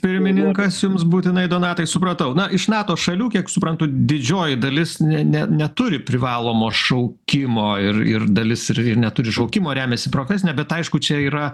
pirmininkas jums būtinai donatai supratau na iš nato šalių kiek suprantu didžioji dalis ne ne neturi privalomo šaukimo ir ir dalis ir ir neturi šaukimo remiasi profesine bet aišku čia yra